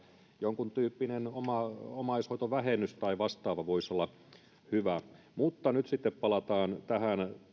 jonkuntyyppinen oma omaishoitovähennys tai vastaava voisi olla hyvä mutta nyt sitten palataan tähän